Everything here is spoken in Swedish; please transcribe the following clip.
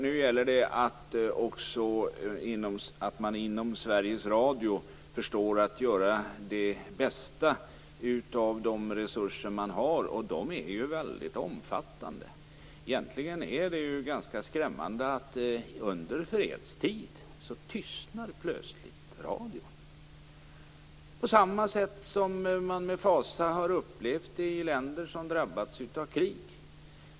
Nu gäller det att man också inom Sveriges Radio förstår att göra det bästa av de resurser man har - och de är ju väldigt omfattande. Egentligen är det ganska skrämmande att radion under fredstid plötsligt tystnar. Samma sak har man med fasa upplevt i länder som har drabbats av krig.